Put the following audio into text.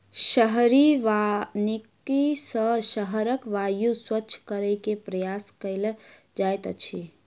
शहरी वानिकी सॅ शहरक वायु स्वच्छ करै के प्रयास कएल जाइत अछि